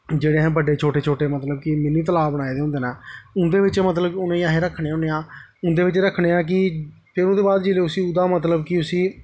जेह्ड़े बड़े असें बड्डे छोटे छोटे मतलब कि मिनी तलाऽ बनाए दे होंदे न उं'दे बिच्च मतलब कि उ'नेंगी अस रक्खनें होन्ने आं उं'दे बिच्च रक्खने आं कि फिर ओह्दे बाद ओह्दा जेल्लै ओह्दा मतलब कि उसी